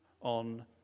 on